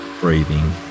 breathing